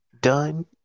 done